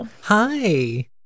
Hi